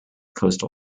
coastal